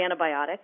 antibiotic